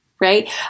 right